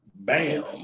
Bam